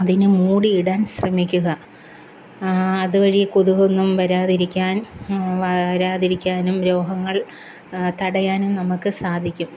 അതിനെ മൂടിയിടാന് ശ്രമിക്കുക അതുവഴി കൊതുകൊന്നും വരാതിരിക്കാന് വരാതിരിക്കാനും രോഗങ്ങള് തടയാനും നമുക്ക് സാധിക്കും